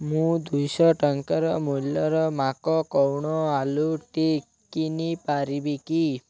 ମୁଁ ଦୁଇଶହ ଟଙ୍କାର ମୂଲ୍ୟର ମାକ କୌଣ ଆଲୁ ଟିକ୍କି କିଣିପାରିବି କି